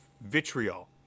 vitriol